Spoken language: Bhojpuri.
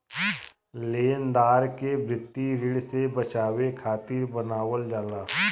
लेनदार के वित्तीय ऋण से बचावे खातिर बनावल जाला